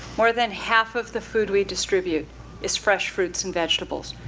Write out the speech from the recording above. more than half of the food we distribute is fresh fruits and vegetables.